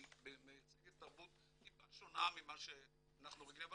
היא מייצגת תרבות טיפה שונה ממה שאנחנו רגילים,